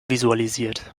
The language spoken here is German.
visualisiert